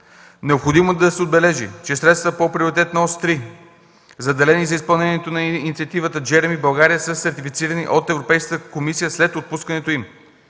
Необходимо е да се отбележи, че средствата по Приоритетна ос 3, заделени за изпълнението на инициативата „Джереми България”, са сертифицирани от Европейската комисия след отпускането им.